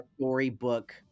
storybook